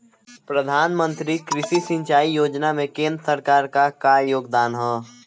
प्रधानमंत्री कृषि सिंचाई योजना में केंद्र सरकार क का योगदान ह?